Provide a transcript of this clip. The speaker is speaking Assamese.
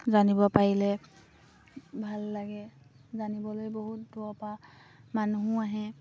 জানিব পাৰিলে ভাল লাগে জানিবলৈ বহুত দূৰৰপৰা মানুহো আহে